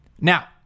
now